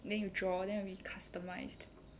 then you draw then will be customised